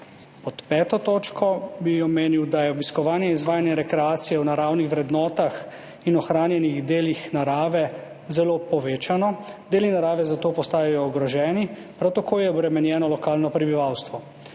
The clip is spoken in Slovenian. Pod peto točko bi omenil, da je obiskovanje in izvajanje rekreacije v naravnih vrednotah in ohranjenih delih narave zelo povečano. Deli narave zato postajajo ogroženi, prav tako je obremenjeno lokalno prebivalstvo.